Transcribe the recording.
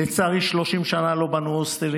לצערי, 30 שנה לא בנו הוסטלים.